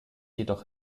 jedoch